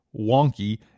wonky